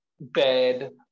bed